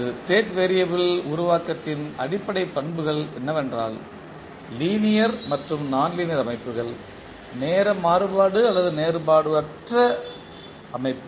ஒரு state variable உருவாக்கத்தின் அடிப்படை பண்புகள் என்னவென்றால் லீனியர் மற்றும் நான் லீனியர் அமைப்புகள் நேர மாறுபாடு மற்றும் நேர மாறுபாடற்ற அமைப்பு